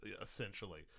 essentially